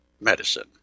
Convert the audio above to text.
medicine